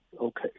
Okay